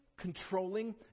controlling